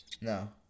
No